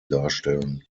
darstellen